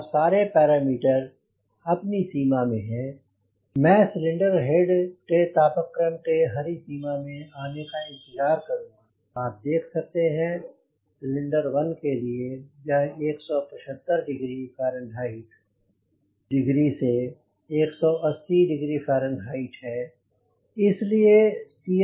और सारे पैरामीटर अपनी सीमा में हैं और मैं सिलेंडर हेड के तापक्रम के हरी सीमा में आने तक इंतज़ार करुंगा आप देख सकते हैं सिलेंडर 1 के लिए यह 175 degrees फारेनहाइट डिग्री से 180 डिग्रीफारेनहाइट है